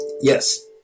Yes